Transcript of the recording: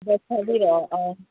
bus ꯊꯥꯕꯤꯔꯛꯑꯣ ꯑꯥ